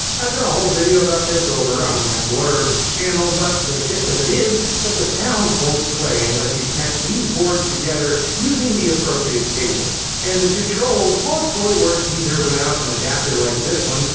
i've done a whole video about this over on my blerbs channel, but the gist of it is that the sound won't play unless you connect these boards together using the appropriate cables. and the controls won't fully work either without an adapter like this one,